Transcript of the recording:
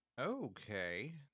Okay